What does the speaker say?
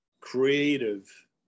creative